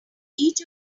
each